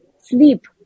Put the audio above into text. Sleep